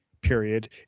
period